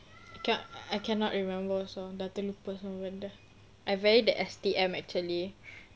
cannot I cannot remember also dah terlupa semua benda I very the S_T_M actually